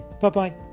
Bye-bye